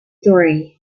three